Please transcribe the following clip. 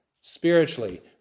spiritually